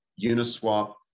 uniswap